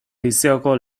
lizeoko